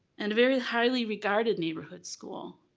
and a very highly regarded neighborhood school.